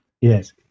Yes